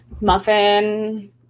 muffin